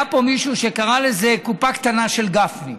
היה פה מישהו שקרא לזה "קופה קטנה של גפני",